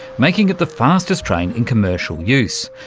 making it the fastest train in commercial use.